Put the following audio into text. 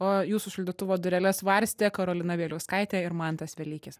o jūsų šaldytuvo dureles varstė karolina bieliauskaitė ir mantas velykis